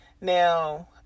Now